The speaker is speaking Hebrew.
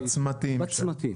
בצמתים.